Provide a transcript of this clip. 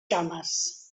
cames